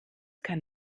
kann